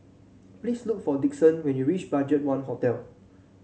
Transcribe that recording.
please look for Dixon when you reach BudgetOne Hotel